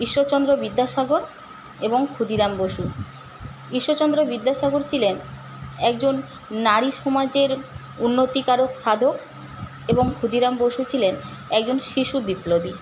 ঈশ্বরচন্দ্র বিদ্যাসাগর এবং ক্ষুদিরাম বসু ঈশ্বরচন্দ্র বিদ্যাসাগর ছিলেন একজন নারীসমাজের উন্নতিকারক সাধক এবং ক্ষুদিরাম বসু ছিলেন একজন শিশু বিপ্লবী